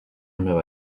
nueva